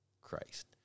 Christ